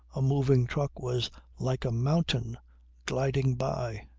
a moving truck was like a mountain gliding by.